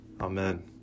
Amen